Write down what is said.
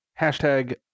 Hashtag